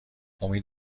امید